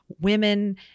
women